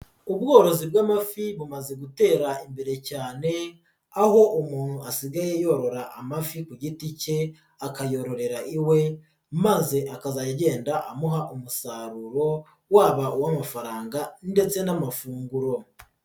Ubworozi bw'amafi bumaze gutera imbere cyane, aho umuntu asigaye yorora amafi ku giti ke akayororera iwe maze akazajya agenda amuha umusaruro waba uw'amafaranga ndetse n'amafunguro.